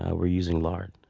ah we're using lard.